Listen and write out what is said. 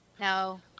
No